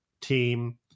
team